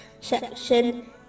section